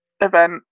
event